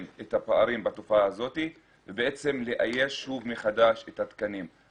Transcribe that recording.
את הפערים בתופעה הזאת ובעצם לאייש שוב מחדש את התקנים.